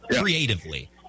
creatively